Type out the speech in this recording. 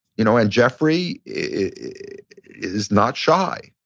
you know, and jeffrey is not shy.